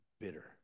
bitter